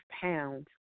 pounds